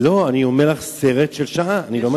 לא, אני אומר לך סרט של שעה, אני לא מגזים.